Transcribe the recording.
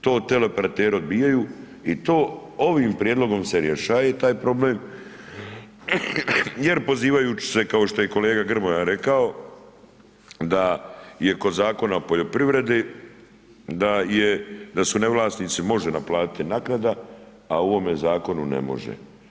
To teleoperateri odbijaju i to ovim prijedlogom se rješava taj problem jer pozivajući se, kao što je kolega Grmoja rekao, da je kod Zakona o poljoprivredi, da su nevlasnici može naplatiti naknada, a u ovome zakonu ne može.